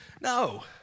No